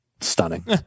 stunning